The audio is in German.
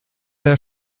der